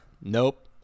nope